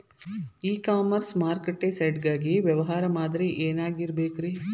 E commerce ಮಾರುಕಟ್ಟೆ site ಗಾಗಿ ವ್ಯವಹಾರ ಮಾದರಿ ಏನಾಗಿರಬೇಕ್ರಿ?